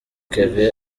kevin